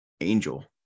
Angel